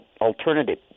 alternative